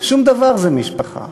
שום דבר זה משפחה.